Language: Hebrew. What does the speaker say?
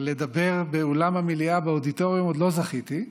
אבל לדבר באולם המליאה באודיטוריום עוד לא זכיתי.